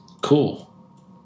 cool